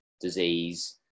disease